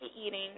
eating